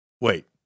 Wait